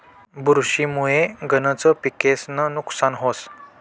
बुरशी मुये गनज पिकेस्नं नुकसान व्हस